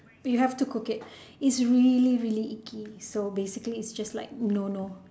we have to cook it it's really really icky so basically it's just like no no